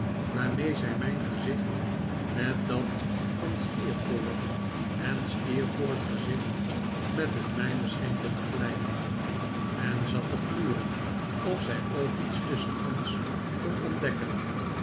waarmee zij mijn gezicht met dat van steerforth en steerforth's gezicht met het mijne scheen te vergelijken en zat te gluren of zij ook iets tusschen ons kon ontdekken